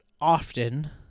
often